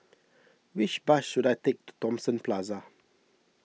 which bus should I take to Thomson Plaza